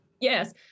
Yes